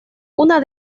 una